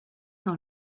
dans